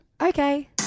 Okay